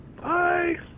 Bye